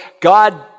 God